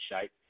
shape